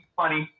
funny